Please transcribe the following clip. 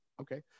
Okay